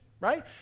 right